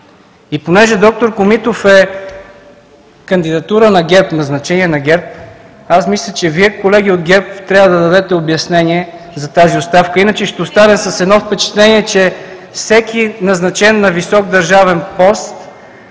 И понеже д-р Комитов е кандидатура на ГЕРБ, назначение на ГЕРБ, мисля, че Вие, колеги от ГЕРБ, трябва да дадете обяснение за тази оставка. Иначе ще останем с впечатление, че всеки назначен на висок държавен пост,